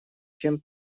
чем